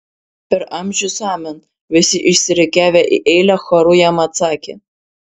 per amžius amen visi išsirikiavę į eilę choru jam atsakė